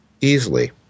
easily